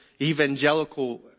evangelical